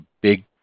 big